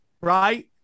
right